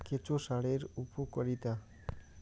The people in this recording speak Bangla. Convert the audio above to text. কেঁচো সারের উপকারিতা?